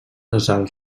nasal